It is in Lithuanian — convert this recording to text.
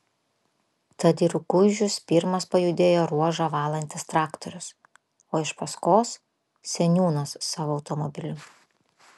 tad į rukuižius pirmas pajudėjo ruožą valantis traktorius o iš paskos seniūnas savo automobiliu